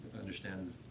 understand